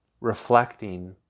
reflecting